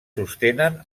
sostenen